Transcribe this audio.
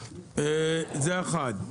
זה אחד.